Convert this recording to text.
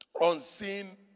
unseen